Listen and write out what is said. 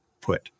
put